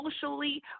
socially